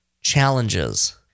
challenges